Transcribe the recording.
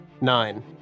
nine